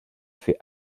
fait